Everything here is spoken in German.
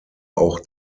auch